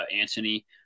Anthony